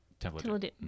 Template